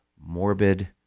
morbid